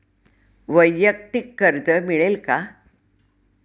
वैयक्तिक कर्ज मिळेल का?